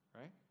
right